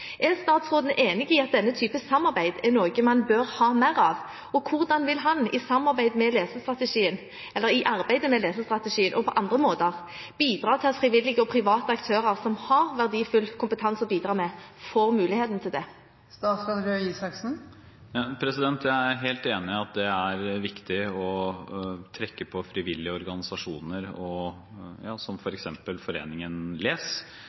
Er statsråden enig i at denne type samarbeid er noe man bør ha mer av? Og hvordan vil han – i arbeidet med Lesestrategien og på andre måter – bidra til at frivillige og private aktører som har verdifull kompetanse å bidra med, får mulighet til det? Jeg er helt enig i at det er viktig å trekke på frivillige organisasjoner, som f.eks. Foreningen !les. Det er også grunnen til at vi har støtteordninger for den type organisasjoner, som